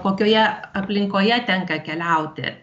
kokioje aplinkoje tenka keliauti